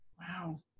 Wow